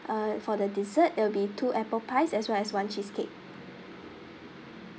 uh for the dessert it'll be two apple pies as well as one cheesecake